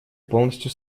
полностью